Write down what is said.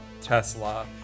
Tesla